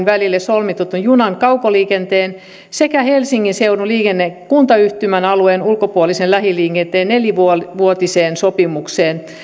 välille solmitun junan kaukoliikenteen sekä helsingin seudun liikenne kuntayhtymän alueen ulkopuolisen lähiliikenteen nelivuotisen sopimuksen